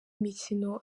mikino